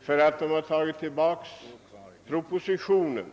för att denna nu dragit tillbaka propositionen.